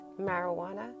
marijuana